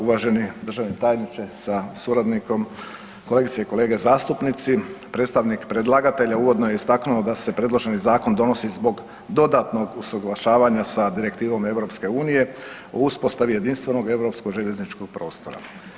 Uvaženi državni tajniče sa suradnikom, kolegice i kolege zastupnici, predstavnik predlagatelja uvodno je istaknuo da se predloženi zakon donosi zbog dodatnog usuglašavanja sa Direktivom EU o uspostavi jedinstvenog europskog željezničkog prostora.